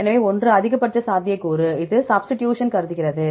எனவே ஒன்று அதிகபட்ச சாத்தியக்கூறு இது சப்டிடியூஷன்களை கருதுகிறது